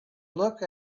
look